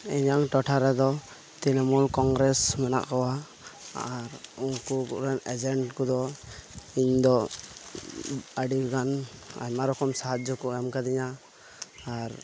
ᱤᱧᱟᱝ ᱴᱚᱴᱷᱟ ᱨᱮᱫᱚ ᱛᱨᱤᱱᱚᱢᱡᱩᱞ ᱠᱚᱝᱜᱽᱨᱮᱥ ᱢᱮᱱᱟᱜ ᱠᱚᱣᱟ ᱟᱨ ᱩᱱᱠᱩ ᱠᱚᱨᱮᱱ ᱮᱡᱮᱱᱴ ᱠᱚᱫᱚ ᱤᱧ ᱫᱚ ᱟᱹᱰᱤ ᱜᱟᱱ ᱟᱭᱢᱟ ᱨᱚᱠᱚᱢ ᱥᱟᱦᱟᱡᱡᱚ ᱠᱚ ᱮᱢ ᱟᱠᱟᱫᱤᱧᱟ ᱟᱨ